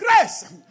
grace